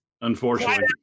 Unfortunately